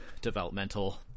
developmental